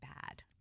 bad